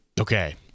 Okay